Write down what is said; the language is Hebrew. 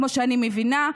כמו שאני מבינה,